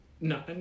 No